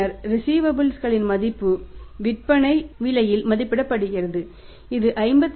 பின்னர் ரிஸீவபல்ஸ் களின் மதிப்பு விற்பனை விலையில் மதிப்பிடப்படுகிறது இது 56